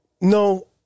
No